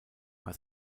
war